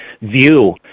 view